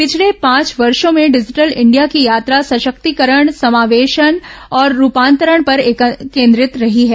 पिछले पांच वर्षों में डिजिटल इंडिया की यात्रा सशक्तीकरण समावेशन और रूपांतरण पर केंद्रित रही है